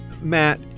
Matt